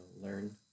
learn